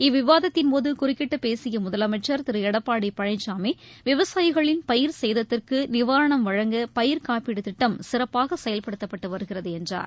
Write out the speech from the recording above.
இவ்விவாதத்தின்போது குறுக்கிட்டு பேசிய முதலமைச்சர் திரு எடப்பாடி பழனிசாமி விவசாயிகளின் பயிர் சேதத்திற்கு நிவாரணம் வழங்க பயிர்க்காப்பீடு திட்டம் சிறப்பாக செயல்படுத்தப்பட்டு வருகிறது என்றார்